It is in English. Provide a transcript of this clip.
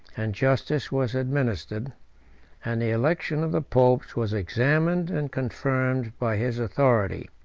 and justice was administered and the election of the popes was examined and confirmed by his authority.